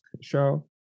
show